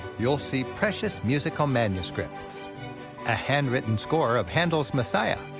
you'll see precious musical manuscripts a hand-written score of handel's messiah.